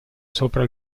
sopra